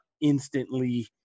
instantly